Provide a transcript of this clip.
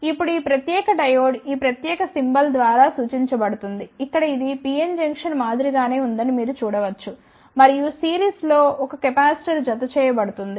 ఇప్పుడు ఈ ప్రత్యేక డయోడ్ ఈ ప్రత్యేక సింబల్ ద్వారా సూచించబడుతుంది ఇక్కడ ఇది PN జంక్షన్ మాదిరి గానే ఉందని మీరు చూడ వచ్చు మరియు సిరీస్లో 1 కెపాసిటర్ జతచేయబడుతుంది